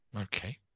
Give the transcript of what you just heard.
Okay